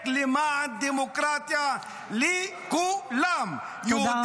למען דמוקרטיה לכולם -- תודה רבה.